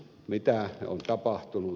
mitä on tapahtunut